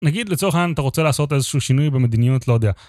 נגיד לצורך העניין אתה רוצה לעשות איזשהו שינוי במדיניות, לא יודע.